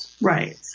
Right